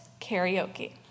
karaoke